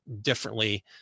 differently